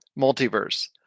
Multiverse